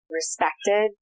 respected